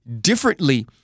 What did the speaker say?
differently